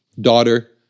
daughter